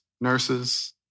nurses